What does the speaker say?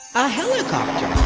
a helicopter!